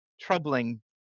troubling